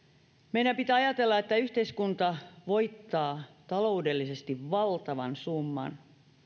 meidän pitää ajatella että yhteiskunta voittaa taloudellisesti valtavan summan